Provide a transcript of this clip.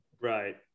Right